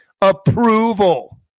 approval